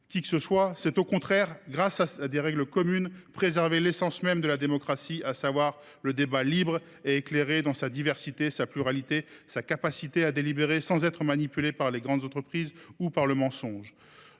qui que ce soit. Au contraire, et grâce à des règles communes, c’est préserver l’essence même de la démocratie, à savoir le débat libre et éclairé, dans sa diversité, sa pluralité et la possibilité de délibérer sans être manipulé par les grandes entreprises ou le mensonge.